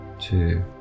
two